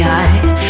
eyes